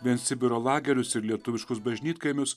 vien sibiro lagerius ir lietuviškus bažnytkaimius